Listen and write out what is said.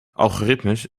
algoritmes